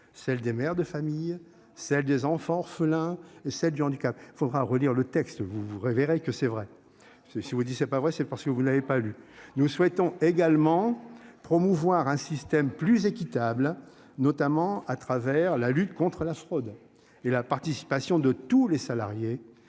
celle des mères de famille, celle des enfants orphelins et celle du handicap il faudra relire le texte vous vous réveillerez que c'est vrai. Si vous dit c'est pas vrai c'est parce que vous n'avez pas lu. Nous souhaitons également promouvoir un système plus équitable, notamment à travers la lutte contre la fraude et la participation de tous les salariés